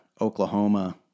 Oklahoma